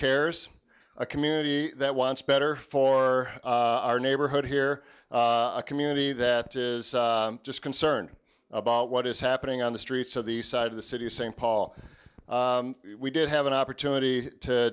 cares a community that wants better for our neighborhood here a community that is just concerned about what is happening on the streets of the side of the city of st paul we did have an opportunity to